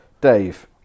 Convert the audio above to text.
Dave